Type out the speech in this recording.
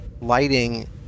lighting